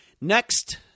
Next